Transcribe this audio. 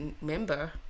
member